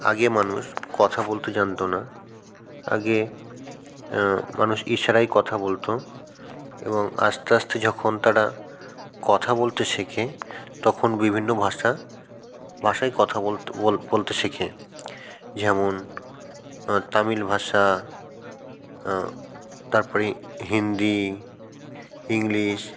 আগে মানুষ কথা বলতে জানতো না আগে মানুষ ইশারায় কথা বলতো এবং আস্তে আস্তে যখন তারা কথা বলতে শেখে তখন বিভিন্ন ভাষা ভাষায় কথা বলতে বলতে শেখে যেমন তামিল ভাষা তারপরে হিন্দি ইংলিশ